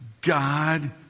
God